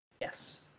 Yes